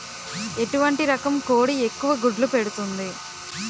ఎటువంటి రకం కోడి ఎక్కువ గుడ్లు పెడుతోంది?